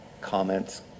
comments